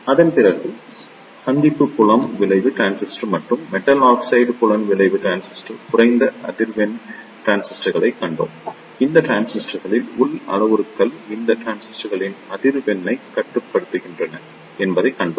அதன்பிறகு சந்திப்பு புலம் விளைவு டிரான்சிஸ்டர் மற்றும் மெட்டல் ஆக்சைடு புலம் விளைவு டிரான்சிஸ்டர் குறைந்த அதிர்வெண் டிரான்சிஸ்டர்களைக் கண்டோம் இந்த டிரான்சிஸ்டர்களின் உள் அளவுருக்கள் இந்த டிரான்சிஸ்டர்களின் அதிர்வெண்ணைக் கட்டுப்படுத்துகின்றன என்பதைக் கண்டோம்